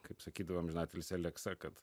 kaip sakydavo amžinatilsį aleksa kad